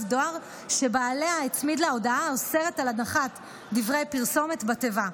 דואר שבעליה הצמיד לה הודעה האוסרת הנחת דברי פרסומת בתיבה.